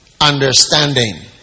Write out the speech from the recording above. understanding